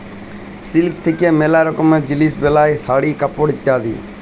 silk থাক্যে ম্যালা রকমের জিলিস বেলায় শাড়ি, কাপড় ইত্যাদি